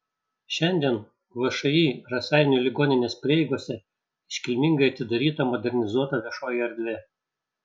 šiandien všį raseinių ligoninės prieigose iškilmingai atidaryta modernizuota viešoji erdvė